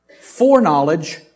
foreknowledge